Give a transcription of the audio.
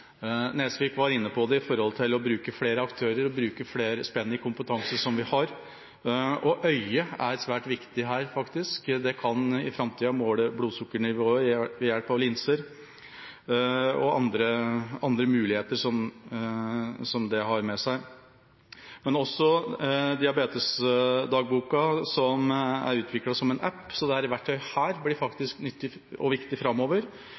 Nesvik var inne på det knyttet til det å bruke flere aktører og få et større spenn i den kompetansen vi har. Øyet er svært viktig her. Vi kan i framtida måle blodsukkernivået ved hjelp av linser – med alle de mulighetene det fører med seg. Også Diabetesdagboka, som er utviklet som en app, blir et nyttig og viktig verktøy framover. Nasjonalt senter for samhandling og